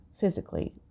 physically